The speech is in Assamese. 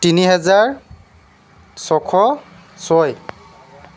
তিনি হেজাৰ ছয়শ ছয়